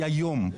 היא היום.